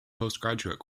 postgraduate